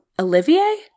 Olivier